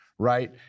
Right